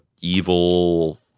evil